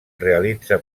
realitza